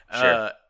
Sure